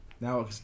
Now